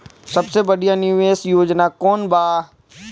सबसे बढ़िया निवेश योजना कौन बा?